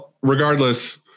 regardless